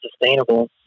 sustainable